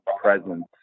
presence